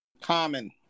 Common